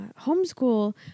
homeschool